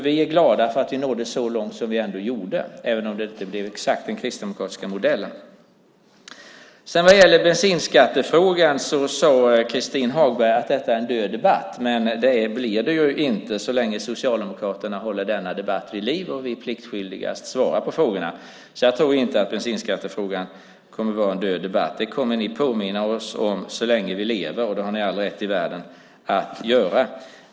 Vi är glada att vi nådde så långt som vi ändå gjorde även om det inte blev exakt den kristdemokratiska modellen. Vad gäller bensinskattefrågan sade Christin Hagberg att det är en död debatt. Det blir det inte så länge Socialdemokraterna håller denna debatt vid liv och vi pliktskyldigast svarar på frågorna. Jag tror inte att bensinskattefrågan kommer att vara en död debatt. Det kommer ni att påminna oss om så länge vi lever. Det har ni all rätt i världen att göra.